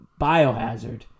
biohazard